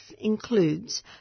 includes